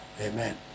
Amen